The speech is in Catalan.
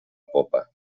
popa